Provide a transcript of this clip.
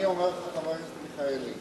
אני אומר לך, חבר הכנסת מיכאלי: